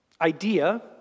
idea